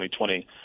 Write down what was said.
2020